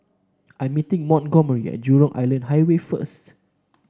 I'm meeting Montgomery at Jurong Island Highway first